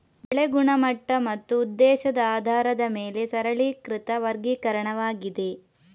ಬೆಳೆ ಗುಣಮಟ್ಟ ಮತ್ತು ಉದ್ದೇಶದ ಆಧಾರದ ಮೇಲೆ ಸರಳೀಕೃತ ವರ್ಗೀಕರಣವಾಗಿದೆ